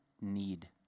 need